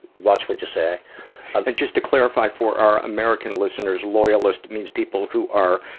watch what you say. and just to clarify for our american listeners, loyalists means people who are,